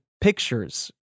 Pictures